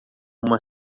uma